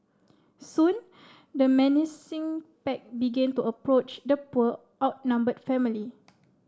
soon the menacing pack began to approach the poor outnumbered family